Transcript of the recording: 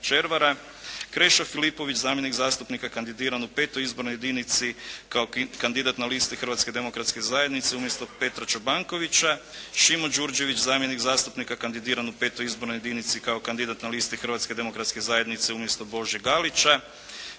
Krešo Filipović zamjenik zastupnika kandidiran u V. izbornoj jedinici kao kandidat na listi Hrvatske demokratske zajednice umjesto Petra Čobankovića, Šimo Đurđević zamjenik zastupnika kandidiran u V. izbornoj jedinici kao kandidat na listi Hrvatske demokratske zajednice umjesto Bože Galića,